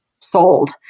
sold